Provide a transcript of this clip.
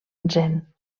zen